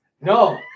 No